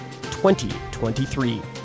2023